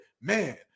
man